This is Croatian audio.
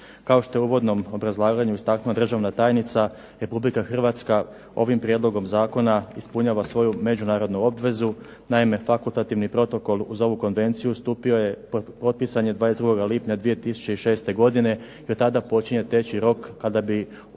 Kao što je u uvodnom izlaganju istaknula državna tajnica Republika Hrvatska ovim Prijedlogom zakona ispunjava međunarodnu obvezu naime, fakultativni protokol za ovu Konvenciju stupio je potpisan je 22. lipnja 2006. godine i od tada počinje teći rok od kada bi u